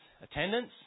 Attendance